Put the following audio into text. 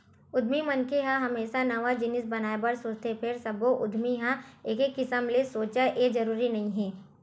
उद्यमी मनखे ह हमेसा नवा जिनिस बनाए बर सोचथे फेर सब्बो उद्यमी ह एके किसम ले सोचय ए जरूरी नइ हे